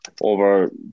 over